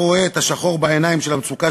שרואה את השחור בעיניים של המצוקה,